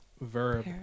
Verb